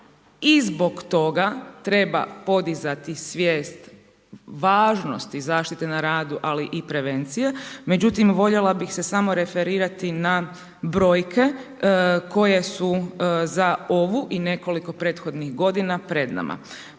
i zbog toga treba podizati svijest važnosti zaštite na radu ali i prevencije. Međutim, voljela bih se samo referirati na brojke koje su za ovu i nekoliko prethodnih godinama pred nama.